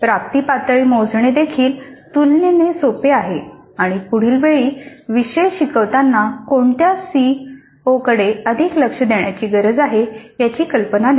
प्राप्ती पातळी मोजणे देखील तुलनेने सोपे आहे आणि पुढील वेळी विषय शिकवताना कोणत्या सी ओ कडे अधिक लक्ष देण्याची गरज आहे याची कल्पना देते